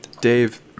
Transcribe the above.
Dave